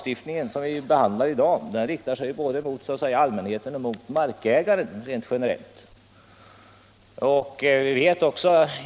Det lagförslag som vi behandlar i dag riktar sig rent generellt både mot allmänheten och mot markägaren.